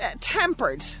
Tempered